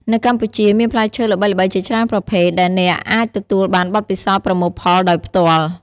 នៅកម្ពុជាមានផ្លែឈើល្បីៗជាច្រើនប្រភេទដែលអ្នកអាចទទួលបានបទពិសោធន៍ប្រមូលផលដោយផ្ទាល់។